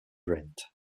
rent